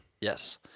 Yes